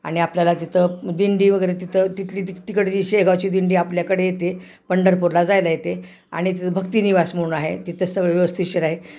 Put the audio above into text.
आणि आपल्याला तिथं दिंडी वगैरे तिथं तिथली ती तिकडंची शेगावची दिंडी आपल्याकडे येते पंढरपूरला जायला येते आणि तिथं भक्तनिवास म्हणून आहे तिथं सगळं व्यवस्थितशीर आहे